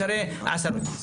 לשרי עשרות.